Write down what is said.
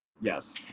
Yes